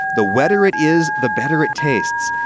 the wetter it is, the better it tastes.